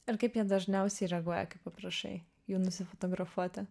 ir kaip jie dažniausiai reaguoja kai paprašai jų nusifotografuoti